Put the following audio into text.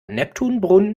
neptunbrunnen